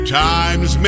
times